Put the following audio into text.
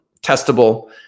testable